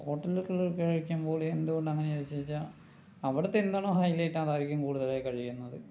ഹോട്ടലുകളിൽ കഴിക്കുമ്പോൾ എന്തുകൊണ്ട് അങ്ങനെ ചോദിച്ചാൽ അവിടുത്തെ എന്താണോ ഹൈ ലൈറ്റ് അതായിരിക്കും കൂടുതലായി കഴിക്കുന്നത്